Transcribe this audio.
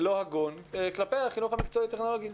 לא הגון כלפי החינוך המקצועי טכנולוגי.